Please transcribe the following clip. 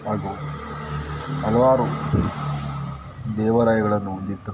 ಹಾಗು ಹಲ್ವಾರು ದೇವಾಲಯಗಳನ್ನು ಹೊಂದಿರತಕ್ಕಂತ